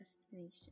destination